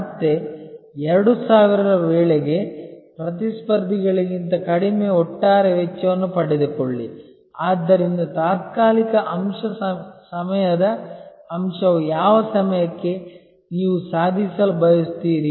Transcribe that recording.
ಮತ್ತೆ 2000 ರ ವೇಳೆಗೆ ಪ್ರತಿಸ್ಪರ್ಧಿಗಳಿಗಿಂತ ಕಡಿಮೆ ಒಟ್ಟಾರೆ ವೆಚ್ಚವನ್ನು ಪಡೆದುಕೊಳ್ಳಿ ಆದ್ದರಿಂದ ತಾತ್ಕಾಲಿಕ ಅಂಶ ಸಮಯದ ಅಂಶವು ಯಾವ ಸಮಯಕ್ಕೆ ನೀವು ಸಾಧಿಸಲು ಬಯಸುತ್ತೀರಿ